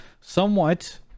somewhat